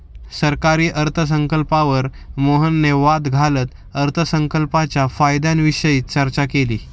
सरकारी अर्थसंकल्पावर मोहनने वाद घालत अर्थसंकल्पाच्या फायद्यांविषयी चर्चा केली